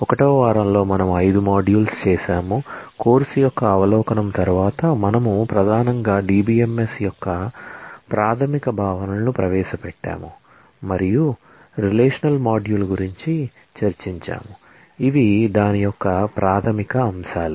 1 వ వారం లో మనము 5 మాడ్యూల్స్ చేసాము కోర్సు యొక్క అవలోకనం తరువాత మనము ప్రధానంగా DBMS యొక్క ప్రాథమిక భావనలను ప్రవేశపెట్టాము మరియు రిలేషనల్ మాడ్యూల్ గురించి చర్చించాము ఇవి దాని యొక్క ప్రాథమిక అంశాలు